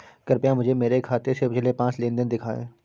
कृपया मुझे मेरे खाते से पिछले पांच लेन देन दिखाएं